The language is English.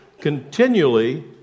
continually